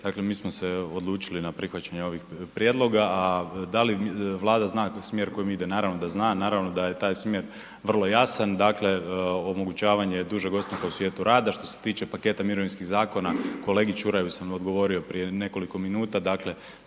dakle mi smo se odlučili na prihvaćanje ovih prijedloga. A da li Vlada zna smjer kojim ide, naravno da zna, naravno da je taj smjer vrlo jasan. Dakle, omogućavanje dužeg ostanka u svijetu rada. Što se tiče paketa mirovinskih zakona, kolegi Čuraju sam odgovorio prije nekoliko minuta, dakle